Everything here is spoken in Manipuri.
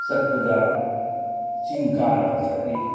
ꯆꯠꯄꯗ ꯆꯤꯡ ꯀꯥꯔꯒ ꯆꯠꯂꯤ